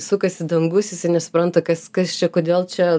sukasi dangus jisai nesupranta kas kas čia kodėl čia